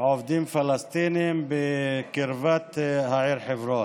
עובדים פלסטינים בקרבת העיר חברון.